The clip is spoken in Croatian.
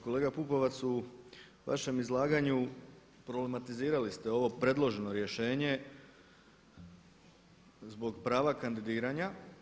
Kolega Pupovac u vašem izlaganju problematizirali ste ovo predloženo rješenje zbog prava kandidiranja.